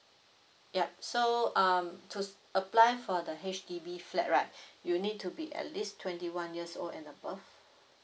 yup so um to s~ apply for the H_D_B flat right you need to be at least twenty one years old and above